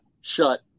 shut